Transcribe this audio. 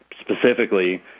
specifically